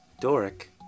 Doric